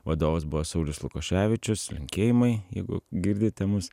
vadovas buvo saulius lukoševičius linkėjimai jeigu girdite mus